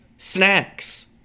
snacks